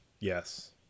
Yes